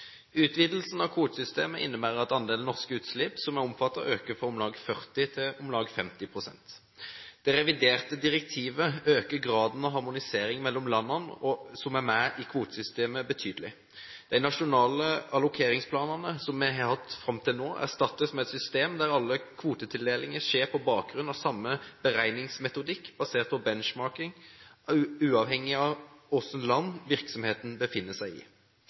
Utvidelsen av kvotesystemet innebærer at andelen norske utslipp som er omfattet, øker fra om lag 40 pst. til om lag 50 pst. Det reviderte direktivet øker graden av harmonisering mellom landene som er med i kvotesystemet, betydelig. De nasjonale allokeringsplanene som vi har hatt fram til nå, erstattes med et system hvor alle kvotetildelinger skjer på bakgrunn av samme beregningsmetodikk basert på benchmarking – uavhengig av hvilket land virksomheten befinner seg i.